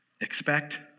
expect